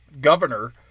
governor